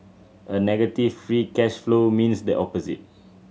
a negative free cash flow means the opposite